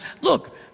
Look